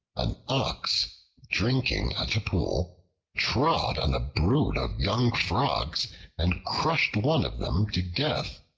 an ox drinking at a pool trod on a brood of young frogs and crushed one of them to death.